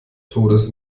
todes